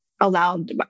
allowed